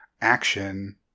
action